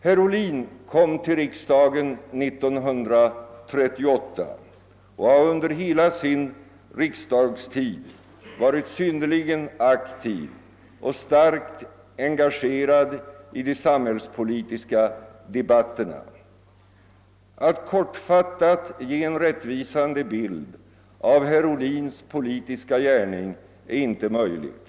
Herr Ohlin kom till riksdagen 1938 och har under hela sin riksdagstid varit synnerligen aktiv och starkt engagerad i de samhällspolitiska debatterna. Att kortfattat ge en rättvisande bild av herr Ohlins politiska gärning är inte möjligt.